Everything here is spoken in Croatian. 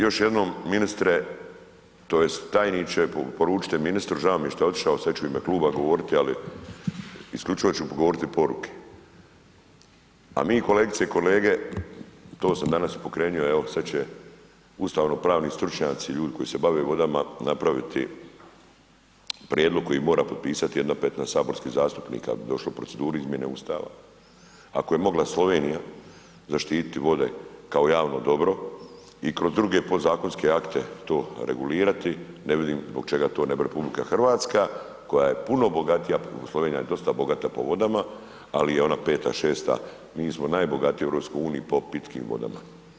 Još jednom ministre, tj. tajniče, poručite ministru, žao mi je šta je otišao, sad ću u ime kluba govoriti, ali isključivo ću govoriti poruke a mi kolegice i kolege, to sam danas i pokrenuo, evo sad će ustavno pravni stručnjaci, ljudi koji se bave vodama, napraviti prijedlog koji mora potpisati 1/5 saborskih zastupnika da bi došli u proceduru izmjene Ustava, ako je mogla Slovenija zaštititi vode kao javno dobro i kroz druge podzakonske akte to regulirati, ne vidim zbog čega to ne bi RH koja je puno bogatija, Slovenija je dosta bogata po vodama ali je ona 5., 6., mi smo najbogatiji u EU-u po pitkim vodama.